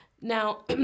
Now